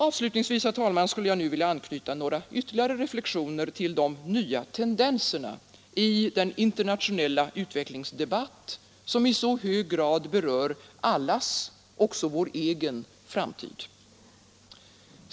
Avslutningsvis, herr talman, skulle jag nu vilja anknyta några ytterligare reflexioner till de nya tendenserna i den internationella utvecklingsdebatt som i så hög grad berör allas, också vår egen, framtid.